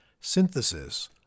synthesis